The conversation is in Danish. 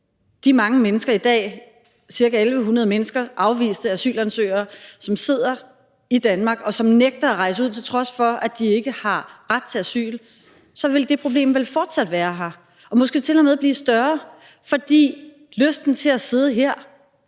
de mange mennesker i dag, ca. 1.100 mennesker, afviste asylansøgere, som sidder i Danmark, og som nægter at rejse ud, til trods for at de ikke har ret til asyl, vel fortsat være her og måske til og med blive større, fordi lysten til at sidde her